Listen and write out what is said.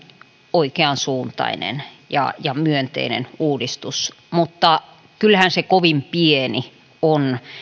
oikeansuuntainen ja ja myönteinen uudistus mutta kyllähän se kovin pieni on